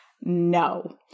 no